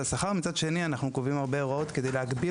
השכר ומצד שני אנחנו קובעים הרבה הוראות כדי להגביל